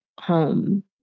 home